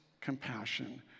Compassion